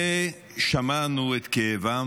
ושמענו את כאבם